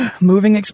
moving